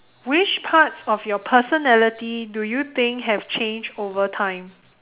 which parts of your personality do you think have changed over time